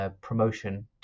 promotion